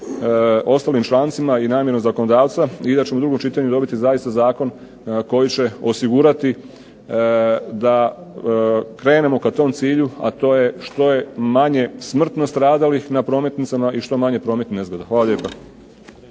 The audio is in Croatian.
ostalim člancima i namjenu zakonodavca i da ćemo u drugom čitanju dobiti zaista zakon koji će osigurati da krenemo ka tom cilju a to je što je manje smrtno stradalih na prometnicama, i što manje prometnih nezgoda. Hvala lijepa.